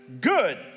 good